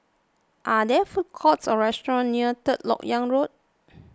are there food courts or restaurant near Third Lok Yang Road